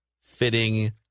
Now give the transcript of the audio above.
fitting